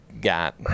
got